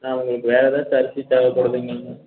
அண்ணா உங்களுக்கு வேறு ஏதாச்சும் அரிசி தேவைப்படுதுங்களாண்ணா